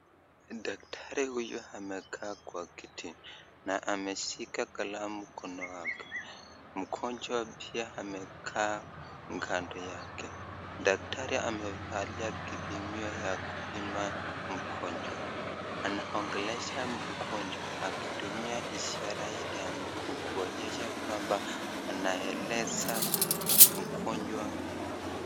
Daktari huyo amekaa kwa kiti na ameshika kalamu mkono wake. Mgonjwa pia amekaa kando yake. Daktari amevalia kipimio ya kupima mgonjwa. Anaongelesha mgonjwa akitumia ishara ya mguu kuonyesha kwamba anaeleza mgonjwa.